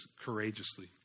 courageously